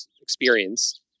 experience